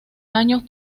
años